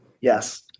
Yes